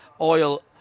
oil